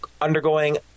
undergoing